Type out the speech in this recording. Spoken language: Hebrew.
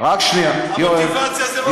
רק שנייה, יואל, המוטיבציה זה ראש הממשלה.